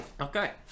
Okay